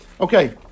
Okay